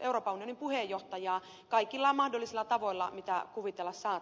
euroopan unionin puheenjohtajaa kaikilla mahdollisilla tavoilla mitä kuvitella saattaa